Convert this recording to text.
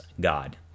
God